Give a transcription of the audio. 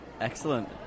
excellent